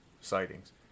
sightings